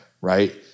Right